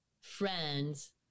friends